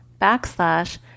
backslash